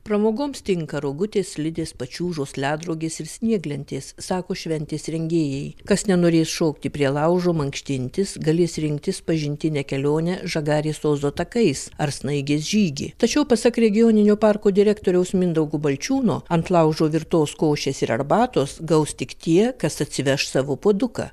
pramogoms tinka rogutės slidės pačiūžos ledrogės ir snieglentės sako šventės rengėjai kas nenorės šokti prie laužo mankštintis galės rinktis pažintinę kelionę žagarės ozo takais ar snaigės žygį tačiau pasak regioninio parko direktoriaus mindaugo balčiūno ant laužo virtos košės ir arbatos gaus tik tie kas atsiveš savo puoduką